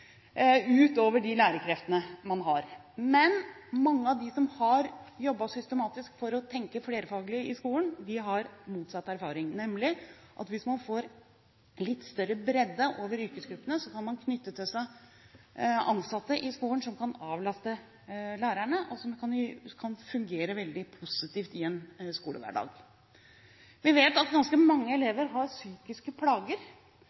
de lærerkreftene man har, men mange av dem som har jobbet systematisk for å tenke flerfaglig i skolen, har motsatt erfaring, nemlig at hvis man får litt større bredde i yrkesgruppene, kan man knytte til seg ansatte i skolen som kan avlaste lærerne, og som kan fungere veldig positivt i en skolehverdag. Vi vet at ganske mange elever har psykiske plager,